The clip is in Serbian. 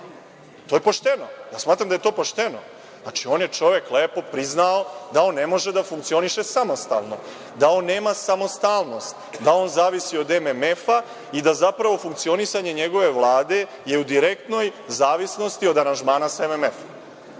To je pošteno. Ja smatram da je to pošteno. Znači, on je, čovek, lepo priznao da on ne može da funkcioniše samostalno, da on nema samostalnost, da on zavisi od MMF-a i da zapravo funkcionisanje njegove Vlade je u direktnoj zavisnosti od aranžmana sa MMF-om.